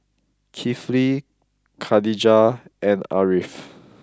Kifli Khadija and Ariff